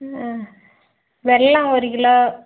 ம் வெல்லம் ஒரு கிலோ